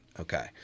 Okay